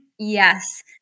Yes